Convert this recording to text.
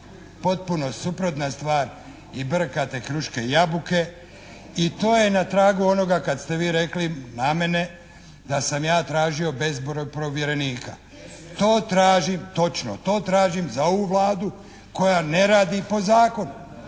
Potpuno suprotna stvar i brkate kruške i jabuke i to je na tragu onoga kad ste vi rekli na mene da sam ja tražio bezbroj povjerenika. To tražim, točno, to tražim za ovu Vladu koja ne radi po zakonu